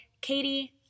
Katie